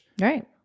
Right